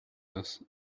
this